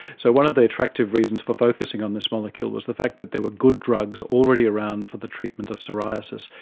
so one of the attractive reasons for focusing on this molecule was the fact that there are good drugs already around for the treatment of psoriasis,